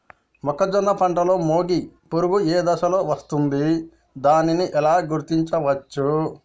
మొక్కజొన్న పంటలో మొగి పురుగు ఏ దశలో వస్తుంది? దానిని ఎలా గుర్తించవచ్చు?